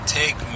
take